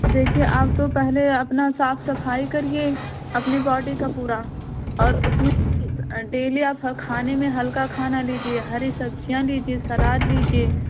देखिए आप तो पहले आप ना साफ सफाई करिए अपने बॉडी का पूरा और उसमें डेली आप खाने में हल्का खाना लीजिए हरी सब्जियां लीजिए सलाद लीजिए